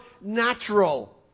natural